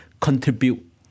contribute